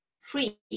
free